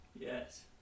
Yes